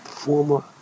former